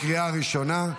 לקריאה ראשונה.